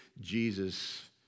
Jesus